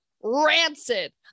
Rancid